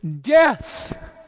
death